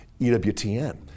EWTN